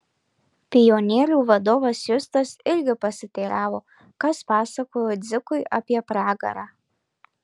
pionierių vadovas justas irgi pasiteiravo kas pasakojo dzikui apie pragarą